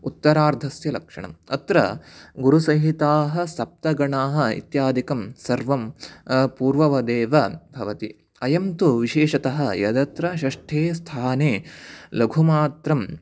उत्तरार्धस्य लक्षणम् अत्र गुरुसहिताः सप्तगणाः इत्यादिकं सर्वं पूर्ववदेव भवति अयं तु विशेषतः यदत्र षष्ठे स्थाने लघुमात्रं